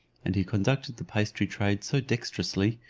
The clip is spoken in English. and he conducted the pastry trade so dexterously,